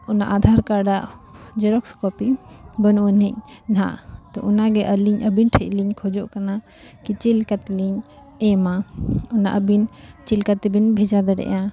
ᱚᱱᱟ ᱟᱫᱷᱟᱨ ᱠᱟᱨᱰ ᱟᱜ xerox copy ᱵᱟᱹᱱᱩᱜ ᱟᱹᱱᱤᱡ ᱱᱟᱜ ᱛᱚ ᱚᱱᱟᱜᱮ ᱟᱹᱞᱤᱧ ᱟᱵᱤᱱ ᱴᱷᱮᱱ ᱞᱤᱧ ᱠᱷᱚᱡᱚᱜ ᱠᱟᱱᱟ ᱠᱤ ᱪᱮᱫ ᱞᱮᱠᱟ ᱛᱮᱞᱤᱧ ᱮᱢᱟ ᱚᱱᱟ ᱟᱵᱤᱱ ᱪᱮᱫ ᱞᱮᱠᱟᱛᱮᱵᱤᱱ ᱵᱷᱮᱡᱟ ᱫᱟᱲᱮᱭᱟᱜᱼᱟ